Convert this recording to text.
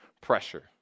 pressure